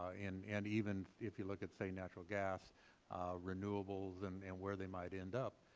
ah and and even if you look at, say, natural gas renewables and and where they might end up,